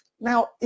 Now